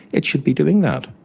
it should be doing that,